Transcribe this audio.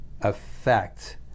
affect